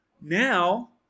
Now